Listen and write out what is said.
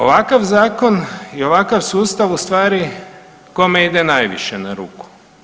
Ovakav zakon i ovakav sustav ustvari, kome ide najviše na ruku?